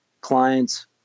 clients